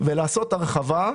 ולעשות הרחבה.